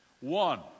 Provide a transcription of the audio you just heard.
One